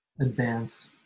advance